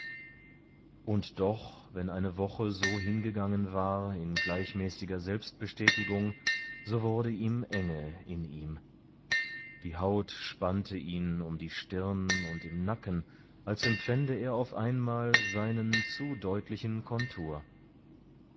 und doch wenn eine woche so hingegangen war in gleichmäßiger selbstbestätigung so wurde ihm enge in ihm die haut spannte ihn um die stirn und im nacken als empfände er auf einmal seinen zu deutlichen kontur